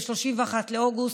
ב-31 באוגוסט,